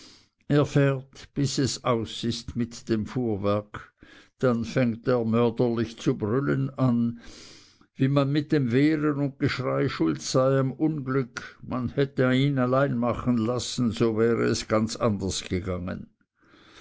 fährt bis es aus ist mit dem fuhrwerk dann fängt er mörderlich zu brüllen an wie man mit dem wehren und geschrei schuld sei am unglück hätte man ihn alleine machen lassen es wäre ganz anders gegangen